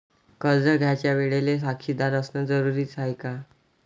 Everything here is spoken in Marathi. कर्ज घ्यायच्या वेळेले साक्षीदार असनं जरुरीच हाय का?